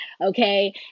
okay